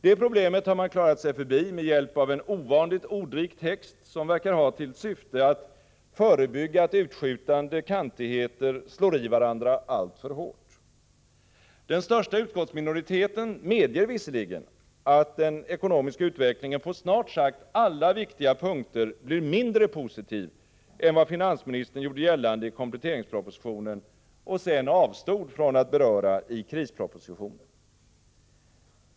Det problemet har man klarat sig förbi med hjälp av en ovanligt ordrik text, som verkar ha till syfte att förebygga att utskjutande kantigheter slår i varandra alltför hårt. Den största utskottsminoriteten medger visserligen att den ekonomiska utvecklingen på snart sagt alla viktiga punkter blir mindre positiv än vad finansministern gjorde gällande i kompletteringspropositionen och sedan avstod från att beröra i krispropositionen.